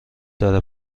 داره